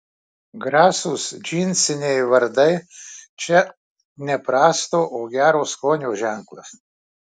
grasūs džinsiniai vardai čia ne prasto o gero skonio ženklas